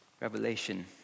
Revelation